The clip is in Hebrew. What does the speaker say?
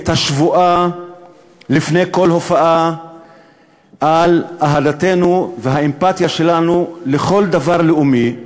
את השבועה לפני כל הופעה על אהדתנו והאמפתיה שלנו לכל דבר לאומי,